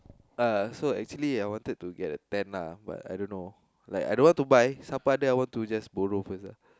uh so actually I wanted to get a tent ah but I don't know like I don't know what to buy so siapa ada I just wanted to borrow first ah